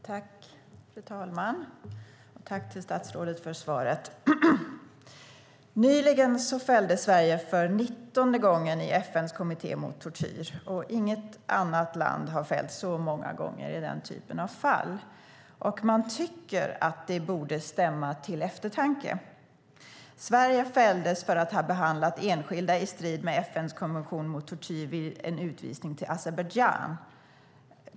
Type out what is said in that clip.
Fru talman! Jag vill börja med att tacka statsrådet för svaret. Nyligen fälldes Sverige för nittonde gången i FN:s kommitté mot tortyr. Inget annat land har fällts så många gånger i den typen av fall. Man tycker att det borde stämma till eftertanke. Sverige fälldes för att vid en utvisning till Azerbajdzjan ha behandlat enskilda i strid med FN:s konvention mot tortyr.